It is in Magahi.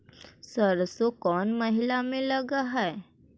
सरसों कोन महिना में लग है?